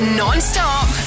non-stop